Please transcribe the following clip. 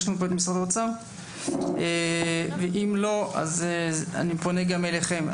אני פונה אליכם,